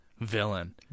villain